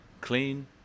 Clean